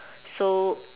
so